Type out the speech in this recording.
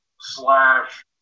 slash